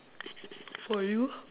for you